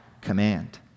command